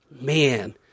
man